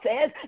says